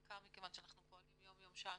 בעיקר מכיוון שאנחנו פועלים יום יום ושעה